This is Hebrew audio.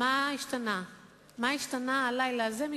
אחרת ודאי ראש הממשלה לא היה ממנה אותו,